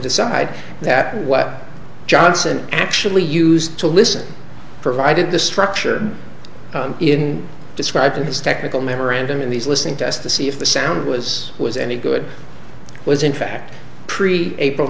decide that what johnson actually used to listen provided the structure in describing his technical memorandum in these listening tests to see if the sound was was any good was in fact pre april